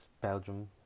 Belgium